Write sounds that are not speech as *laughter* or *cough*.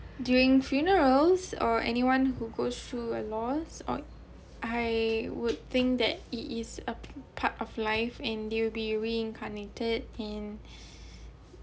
during funerals or anyone who goes through a loss or I would think that it is a part of life and there will be a reincarnated and *breath*